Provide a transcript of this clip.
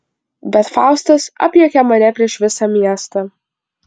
bet faustas apjuokia mane prieš visą miestą